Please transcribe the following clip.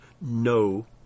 No